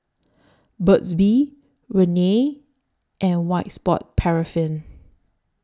Burt's Bee Rene and White Sport Paraffin